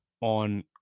on